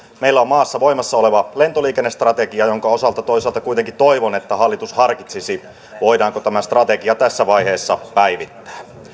meillä on maassa voimassa oleva lentoliikennestrategia jonka osalta toisaalta kuitenkin toivon että hallitus harkitsisi voidaanko tämä strategia tässä vaiheessa päivittää